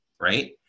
right